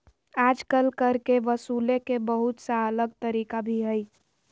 आजकल कर के वसूले के बहुत सा अलग तरीका भी हइ